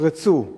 שנפרצו